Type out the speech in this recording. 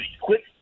Quick